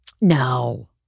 No